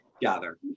gather